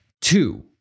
Two